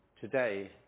Today